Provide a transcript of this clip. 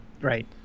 Right